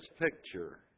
picture